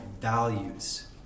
values